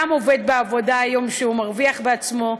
גם עובד בעבודה היום שהוא מרוויח בעצמו.